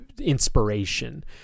inspiration